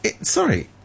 sorry